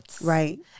right